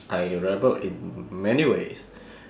I rebelled in many ways